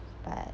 but